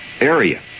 area